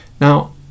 Now